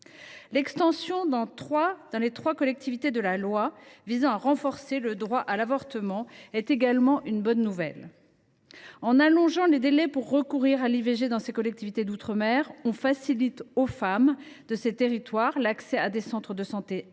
L’extension dans les trois collectivités de la loi du 2 mars 2022 visant à renforcer le droit à l’avortement est également une bonne nouvelle. En allongeant les délais pour recourir à l’IVG dans ces collectivités d’outre mer, on facilite l’accès des femmes de ces territoires à des centres de santé dédiés